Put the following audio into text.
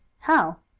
how?